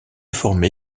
former